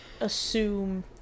assume